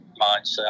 mindset